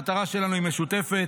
המטרה שלנו היא משותפת.